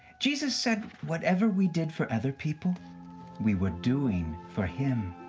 jesus said whatever we did for other people we were doing for him.